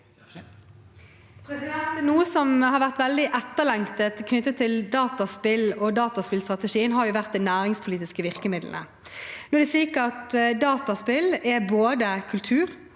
noe som har vært veldig etterlengtet knyttet til dataspill, og dataspillstrategien har vært det næringspolitiske virkemidlet. Nå er dataspill både kultur